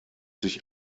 sich